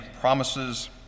promises